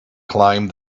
climbed